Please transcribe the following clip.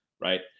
right